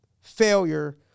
failure